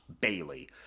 Bailey